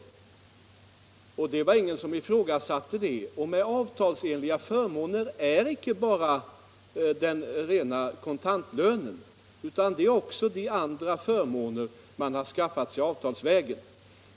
Ingen ifrågasatte det. Och avtalsenliga förmåner är icke bara den rena kontantlönen, utan det är också de andra förmåner man har skaffat sig avtalsvägen.